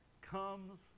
comes